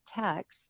text